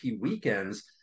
weekends